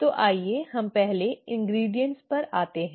तो आइए हम पहले इन्ग्रीडीअन्ट पर आते हैं